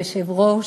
אדוני היושב-ראש,